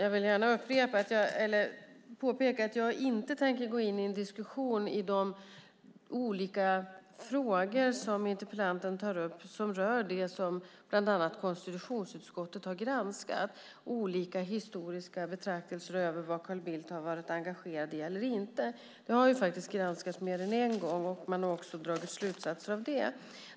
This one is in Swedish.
Herr talman! Jag tänker inte gå in i en diskussion i de olika frågor som interpellanten tar upp som rör det som bland annat konstitutionsutskottet har granskat, alltså olika historiska betraktelser över vad Carl Bildt har varit engagerad i eller inte. Det har granskats mer än en gång, och man har dragit slutsatser av det.